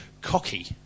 cocky